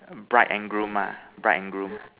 bride and groom ah bride and groom